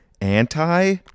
anti